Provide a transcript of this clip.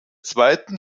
zweiten